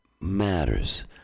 matters